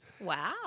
Wow